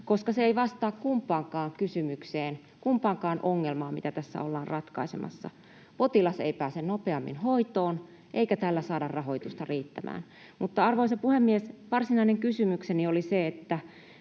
että se ei vastaa kumpaankaan kysymykseen, kumpaankaan ongelmaan, mitä tässä ollaan ratkaisemassa — potilas ei pääse nopeammin hoitoon, eikä tällä saada rahoitusta riittämään. Mutta, arvoisa puhemies, varsinaiseen kysymykseeni. Me